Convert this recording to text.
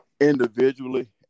individually